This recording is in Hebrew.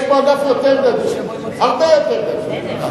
יש פה אגף יותר גדול, הרבה יותר גדול.